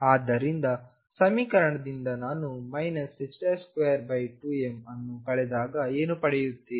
ಆದ್ದರಿಂದ ಸಮೀಕರಣದಿಂದ ನಾನು 22m ಅನ್ನು ಕಳೆದಾಗ ಏನು ಪಡೆಯುತ್ತೇನೆ